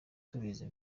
tubizi